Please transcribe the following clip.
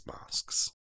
masks